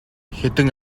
хэдэн